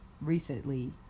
recently